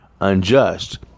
unjust